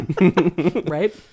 right